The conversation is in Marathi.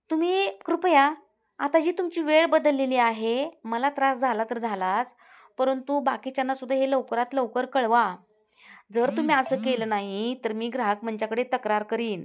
तुम्ही कृपया आता जी तुमची वेळ बदललेली आहे मला त्रास झाला तर झालाच परंतु बाकीच्यांना सुद्धा हे लवकरात लवकर कळवा जर तुम्ही असं केलं नाही तर मी ग्राहक मंच्याकडे तक्रार करीन